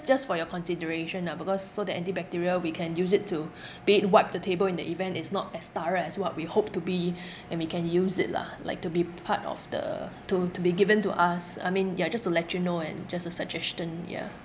just for your consideration lah because so the antibacterial we can use it to be it wipe the table in the event it's not as thorough as what we hope to be and we can use it lah like to be part of the to to be given to us I mean ya just to let you know and just a suggestion yeah